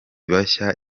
bashya